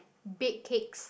bake cakes